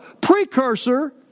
precursor